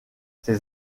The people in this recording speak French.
ses